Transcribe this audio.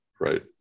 right